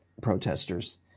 protesters